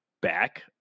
back